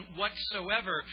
whatsoever